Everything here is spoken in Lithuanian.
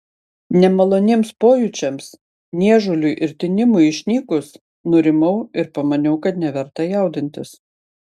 nemaloniems pojūčiams niežuliui ir tinimui išnykus nurimau ir pamaniau kad neverta jaudintis